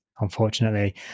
unfortunately